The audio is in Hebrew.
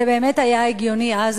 זה באמת היה הגיוני אז,